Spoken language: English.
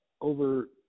over